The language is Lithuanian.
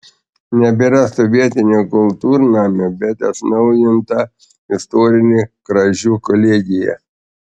nebėra sovietinio kultūrnamio bet atnaujinta istorinė kražių kolegija